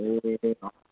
ए हजुर